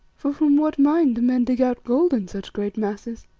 for from what mine do men dig out gold in such great masses?